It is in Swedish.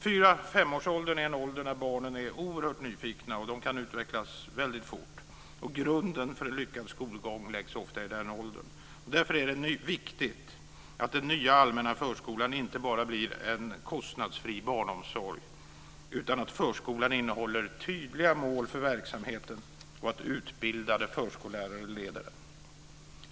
4-5 årsåldern är en ålder när barnen är oerhört nyfikna och kan utvecklas väldigt fort. Grunden för en lyckad skolgång läggs ofta i den åldern. Därför är det viktigt att den nya allmänna förskolan inte bara blir en kostnadsfri barnomsorg, utan att förskolan innehåller tydliga mål för verksamheten och att utbildade förskollärare leder den.